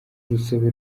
urusobe